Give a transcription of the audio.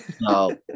No